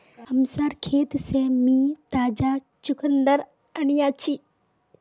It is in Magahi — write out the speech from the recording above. हमसार खेत से मी ताजा चुकंदर अन्याछि